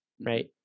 right